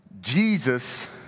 Jesus